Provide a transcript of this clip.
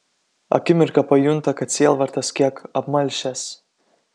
akimirką pajunta kad sielvartas kiek apmalšęs